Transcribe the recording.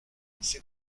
c’est